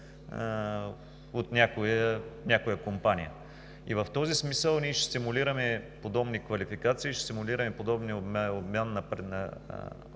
от някоя компания. В този смисъл ние ще стимулираме подобни квалификации, ще стимулираме обмен на практики.